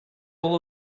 all